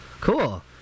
cool